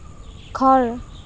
ঘৰ